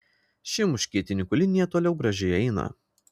ši muškietininkų linija toliau gražiai eina